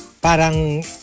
parang